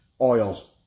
oil